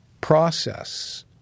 process